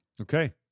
Okay